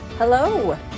Hello